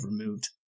removed